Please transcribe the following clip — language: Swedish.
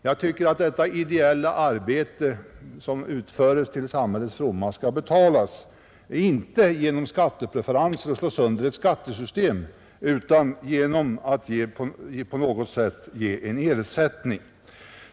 Jag tycker att det ideella arbete som utförs till samhällets fromma skall betalas, inte genom skattepreferenser och genom att man slår sönder ett skattesystem utan genom att man på något sätt ger en ersättning.